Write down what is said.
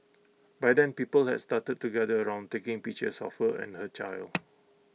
by then people has started to gather around taking pictures of her and her child